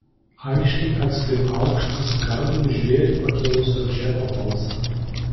aiškiai atskiriu aukštą skardų žvėrį pakėlusio džeko balsą